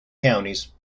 counties